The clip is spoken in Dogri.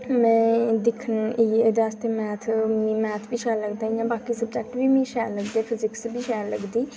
में एह् दिक्खना ए एह्दे आस्तै मैथ मी मैथ बी शैल लगदा इ'यां बाकी सब्जैक्ट बी मी शैल लगदे फिजीक्स बी शैल लगदी